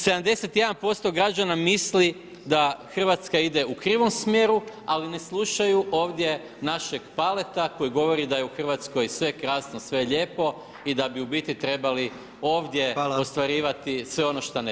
71% građana misli da Hrvatska ide u krivom smjeru, ali ne slušaju ovdje našeg Paleta koji govori da je u Hrvatskoj sve krasno, sve lijepo i da bi u biti trebali ovdje ostvarivati sve ono šta ne vide.